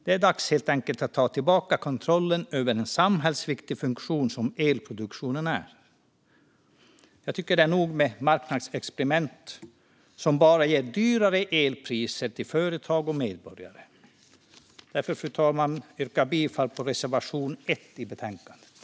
Det är helt enkelt dags att ta tillbaka kontrollen över en så samhällsviktig funktion som elproduktionen är. Jag tycker att det är nog med marknadsexperiment som bara ger dyrare elpriser till företag och medborgare. Därför, fru talman, yrkar jag bifall till reservation 1 i betänkandet.